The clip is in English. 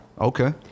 Okay